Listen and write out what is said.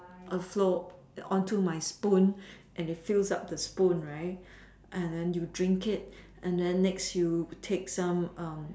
and flow onto my spoon and it fills up the spoon right and then you drink it and then next you take some